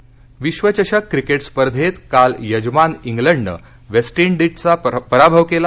cricket विश्वचषक cricket स्पर्धेत काल यजमान इंग्लंडनं वेस्ट इंडिजचा पराभव केला